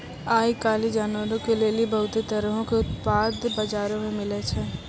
आइ काल्हि जानवरो के लेली बहुते तरहो के उत्पाद बजारो मे मिलै छै